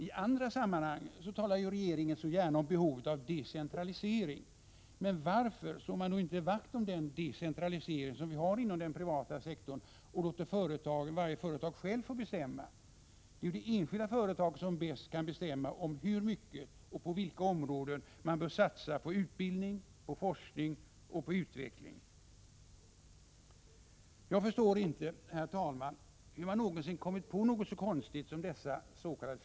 I andra sammanhang talar regeringen så gärna om behovet av decentralisering. Men varför slår man då inte vakt om den decentralisering som vi har inom den privata sektorn, och låter varje företag självt få bestämma? Det är ju de enskilda företagen som bäst kan bestämma om hur mycket och på vilka områden man bör satsa på utbildning, forskning och utveckling. Jag förstår inte, herr talman, hur man någonsin kommit på något så konstigt som dessas.k.